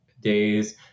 days